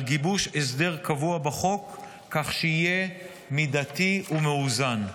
גיבוש הסדר קבוע בחוק כך שיהיה מידתי ומאוזן.